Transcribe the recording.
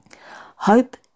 Hope